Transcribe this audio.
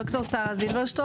ד"ר שרה זילברשטרום,